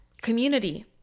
Community